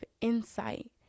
insight